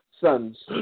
sons